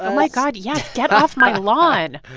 ah my god, yes, get off my lawn